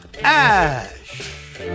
ash